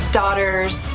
daughters